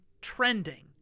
trending